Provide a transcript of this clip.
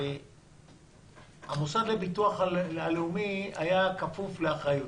התפקיד המוסד לביטוח הלאומי היה כפוף לאחריותי.